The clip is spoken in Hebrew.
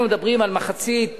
אנחנו מדברים על מחצית 2009,